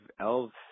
Elves